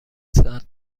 ساعت